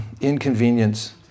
inconvenience